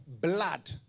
blood